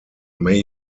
may